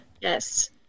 Yes